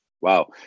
wow